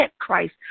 Christ